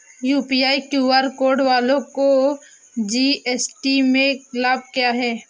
UPI QR code वालों को GST में लाभ क्या है?